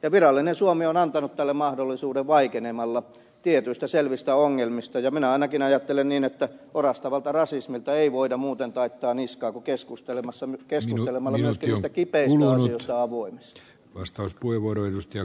viral linen suomi on antanut tälle mahdollisuuden vaikenemalla tietyistä selvistä ongelmista ja minä ainakin ajattelen niin että orastavalta rasismilta ei voida muuten taittaa niskaa kuin keskustelemalla myös näistä kipeistä asioista avoimesti